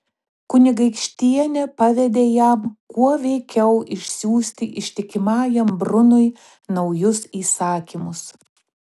kunigaikštienė pavedė jam kuo veikiau išsiųsti ištikimajam brunui naujus įsakymus